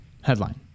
Headline